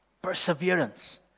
Perseverance